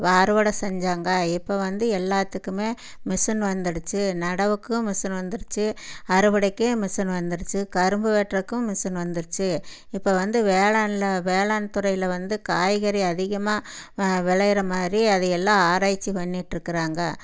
அறுவடை செஞ்சாங்க இப்போ வந்து எல்லாத்துக்குமே மிஷின் வந்துடுச்சு நடவுக்கும் மிஷின் வந்துடுச்சு அறுவடைக்கும் மிஷின் வந்துடுச்சு கரும்பு வெட்றதுக்கும் மிஷின் வந்துடுச்சு இப்போ வந்து வேளாணில் வேளாண் துறையில் வந்து காய்கறி அதிகமாக விளையற மாதிரி அது எல்லா ஆராய்ச்சி பண்ணிட்டிருக்குறாங்க